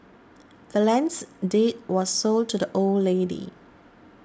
the land's deed was sold to the old lady